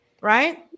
right